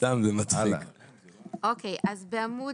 בעמוד